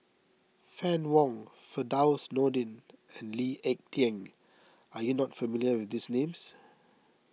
Fann Wong Firdaus Nordin and Lee Ek Tieng are you not familiar with these names